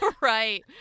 Right